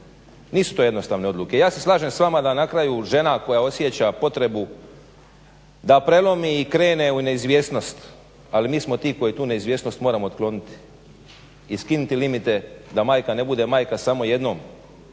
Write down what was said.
Nisu to jednostavne odluke. Ja se slažem s vama da na kraju žena koja osjeća potrebu da prelomi i krene u neizvjesnost, ali mi smo ti koji tu neizvjesnost moramo otkloniti i skiniti limite da majka ne bude majka samo jednom,